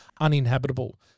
uninhabitable